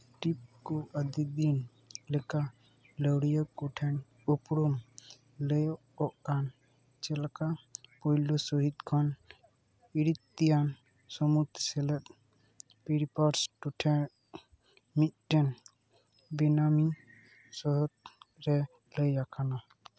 ᱰᱤᱯ ᱠᱩ ᱟᱰᱤᱫᱤᱱ ᱞᱮᱠᱟ ᱞᱟᱹᱣᱲᱤᱭᱟᱹ ᱠᱚ ᱴᱷᱮᱱ ᱩᱯᱨᱩᱢ ᱞᱟᱹᱭᱚᱜᱚᱜ ᱠᱟᱱ ᱡᱮᱞᱮᱠᱟ ᱯᱳᱭᱞᱳ ᱥᱚᱦᱤᱫᱽ ᱠᱷᱚᱱ ᱤᱨᱤᱛᱨᱤᱭᱟᱱ ᱥᱟᱹᱢᱩᱫᱽ ᱥᱮᱞᱮᱫ ᱯᱮᱨᱤᱯᱞᱟᱥ ᱴᱚᱴᱷᱟᱨᱮ ᱢᱤᱫᱴᱮᱱ ᱵᱮᱱᱟᱢᱤ ᱥᱚᱱᱚᱫᱚᱨ ᱨᱮ ᱞᱟᱹᱭ ᱟᱠᱟᱱᱟ